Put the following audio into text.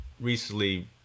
recently